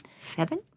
Seven